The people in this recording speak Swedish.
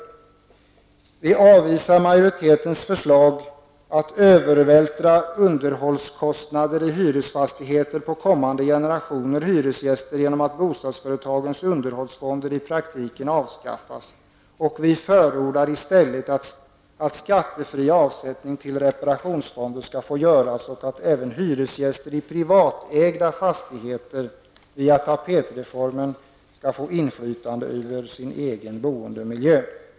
Vi avvisar majoritetens förslag att övervältra underhållskostnader i hyresfastigheter på kommande generationer hyresgäster genom att bostadsföretagens underhållsfonder i praktiken avskaffas. Vi förordar i stället att skattefri avsättning till reparationsfonder skall få göras och att även hyresgäster i privatägda fastigheter via tapetreformen skall få inflytande över sin egen boendemiljö.